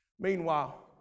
Meanwhile